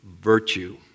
virtue